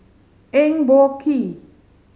Eng Boh Kee